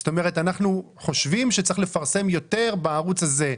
זאת אומרת אנחנו חושבים שצריך לפרסם יותר בערוץ הזה,